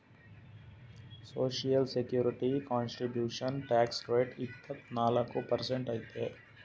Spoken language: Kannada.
social security contribution tax rate ಇಪ್ಪತ್ನಾಲ್ಕು ಪರ್ಸೆಂಟ್ ಅದ